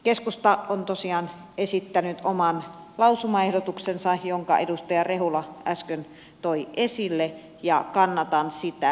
keskusta on tosiaan esittänyt oman lausumaehdotuksensa jonka edustaja rehula äsken toi esille ja kannatan sitä